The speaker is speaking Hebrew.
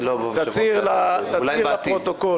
אולי בעתיד.